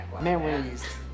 memories